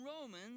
Romans